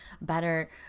better